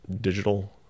digital